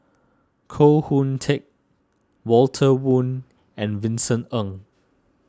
Koh Hoon Teck Walter Woon and Vincent Ng